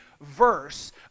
verse